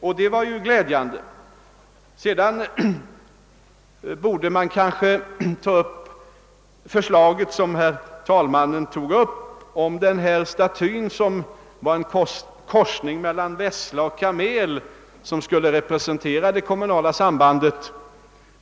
Man borde kanske behandla herr vice talmannens förslag om statyn här i riksdaghuset som liknar en korsning mellan vessla och kamel och som borde få representera det kommunala sambandet.